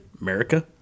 America